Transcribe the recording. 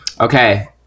Okay